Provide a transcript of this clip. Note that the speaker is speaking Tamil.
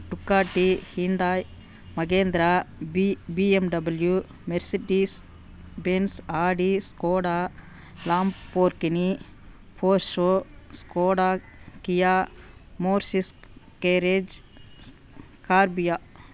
Ducati Hyundai Mahindra B BMW Mercedes Benz Audi Skoda Lamborghini Porsche Skoda Kia Morris garage ஸ்கார்பியா